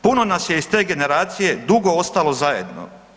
Puno nas je iz te generacije dugo ostalo zajedno.